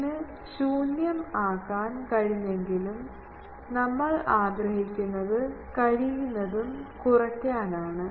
ഇതിന് ശൂന്യം ആക്കാൻ കഴിഞ്ഞില്ലെങ്കിലും നമ്മൾ ആഗ്രഹിക്കുന്നത് കഴിയുന്നതും കുറയ്ക്കാനാണ്